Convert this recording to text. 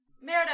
Merida